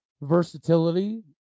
versatility